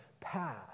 path